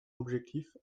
objectif